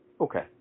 Okay